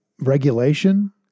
regulation